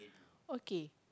okay